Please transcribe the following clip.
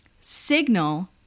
Signal